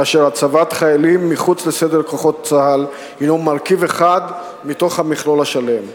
כאשר הצבת חיילים מחוץ לסדר כוחות צה"ל היא מרכיב אחד מתוך המכלול השלם.